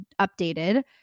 updated